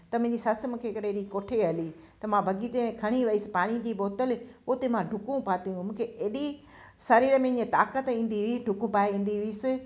त मुंहिंजी ससु मूंखे हिकिड़े ॾींहं कोठे हली त मां बाग़ीचे में खणी वियसि पाणी जी बोतल उते मां डुकूं पातियूं मूंखे एॾी शरीर में ईअं ताक़त ईंदी हुई डुकूं पाए ईंदी हुअसि